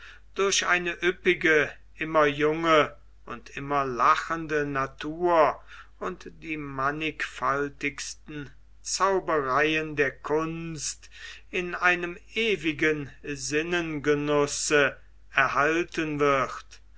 durch eine üppige immer junge und immer lachende natur und die mannigfaltigsten zaubereien der kunst in einem ewigen sinnengenusse erhalten wird